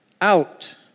out